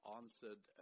answered